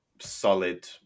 solid